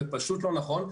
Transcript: זה פשוט לא נכון.